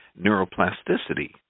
neuroplasticity